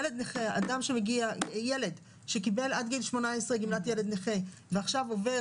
ילד נכה שקיבל עד גיל 18 גמלת ילד נכה ועכשיו עובר